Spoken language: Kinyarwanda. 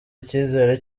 icyizere